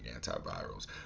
antivirals